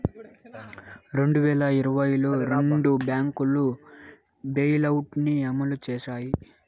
రెండు వేల ఇరవైలో రెండు బ్యాంకులు బెయిలౌట్ ని అమలు చేశాయి